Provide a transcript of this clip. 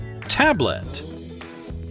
Tablet